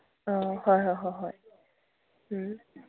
ꯑꯥ ꯍꯣꯏ ꯍꯣꯏ ꯍꯣꯏ ꯍꯣꯏ ꯎꯝ